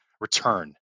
return